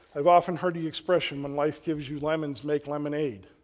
i've often heard the expression, when life gives you lemons, make lemonade.